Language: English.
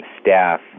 staff